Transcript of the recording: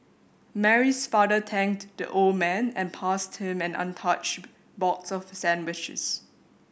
Mary's father thanked the old man and passed him an untouched box of sandwiches